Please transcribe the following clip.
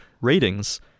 ratings